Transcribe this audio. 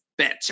bitch